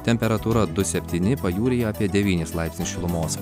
temperatūra du septyni pajūryje apie devynis laipsnius šilumos